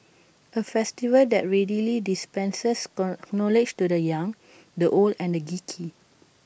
A festival that readily dispenses knowledge to the young the old and the geeky